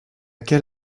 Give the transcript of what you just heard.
quel